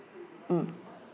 mm